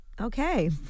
Okay